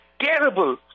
terrible